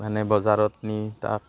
মানে বজাৰত নি তাক